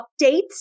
updates